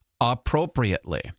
appropriately